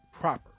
proper